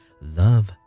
Love